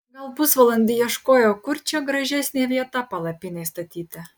gal pusvalandį ieškojau kur čia gražesnė vieta palapinei statyti